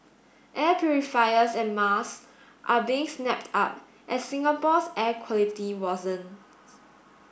air purifiers and masks are being snapped up as Singapore's air quality worsen